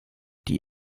die